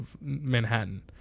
Manhattan